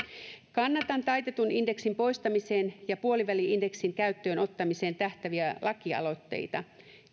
kannatan taitetun indeksin poistamiseen ja puoliväli indeksin käyttöön ottamiseen tähtääviä lakialoitteita